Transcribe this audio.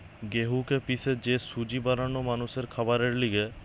গেহুকে পিষে যে সুজি বানানো মানুষের খাবারের লিগে